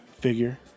Figure